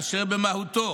אשר במהותו